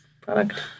product